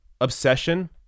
obsession